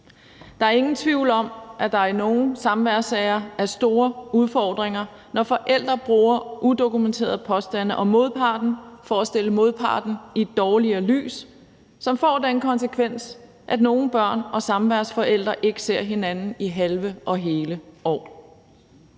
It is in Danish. Der er ingen tvivl om, at der i nogle samværssager er store udfordringer, når forældre bruger udokumenterede påstande om modparten for at stille modparten i et dårligere lys, hvilket får den konsekvens, at nogle børn og samværsforældre ikke ser hinanden i halve og hele år.